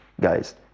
guys